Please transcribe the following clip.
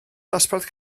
dosbarth